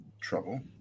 trouble